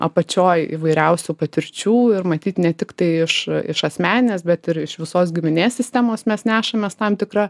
apačioj įvairiausių patirčių ir matyt ne tiktai iš iš asmeninės bet ir iš visos giminės sistemos mes nešamės tam tikrą